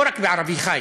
לא רק בערבי חי,